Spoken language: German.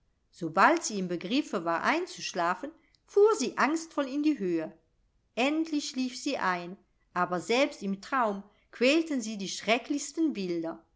sobald sie im begriffe war einzuschlafen fuhr sie angstvoll in die höhe endlich schlief sie ein aber selbst im traum quälten sie die schrecklichsten bilder